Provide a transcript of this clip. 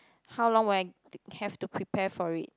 how long will I have to prepare for it